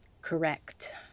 correct